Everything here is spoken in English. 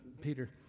Peter